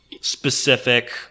specific